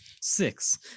Six